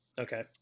Okay